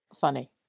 Funny